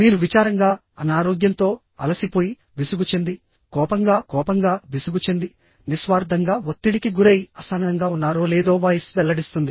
మీరు విచారంగా అనారోగ్యంతో అలసిపోయి విసుగు చెంది కోపంగా కోపంగా విసుగు చెంది నిస్వార్థంగా ఒత్తిడికి గురై అసహనంగా ఉన్నారో లేదో వాయిస్ వెల్లడిస్తుంది